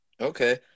Okay